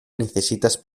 necesitas